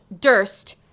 Durst